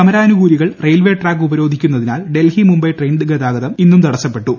സമരാനുക്കൂലികൾ railway track ഉപരോധിക്കുന്നതിനാൽ Delhi Mumbai train ഗതാഗതം ഇന്നും തടസ്സപ്പെട്ടു